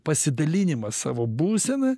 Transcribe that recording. pasidalinimas savo būsena